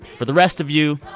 for the rest of you,